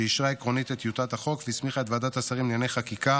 שאישרה עקרונית את טיוטת החוק והסמיכה את ועדת השרים לענייני חקיקה